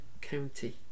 County